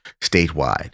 statewide